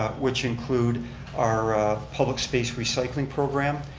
which include our public space recycling program,